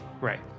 Right